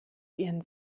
ihren